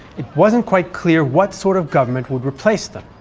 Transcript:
it wasn't quite clear what sort of government would replace them,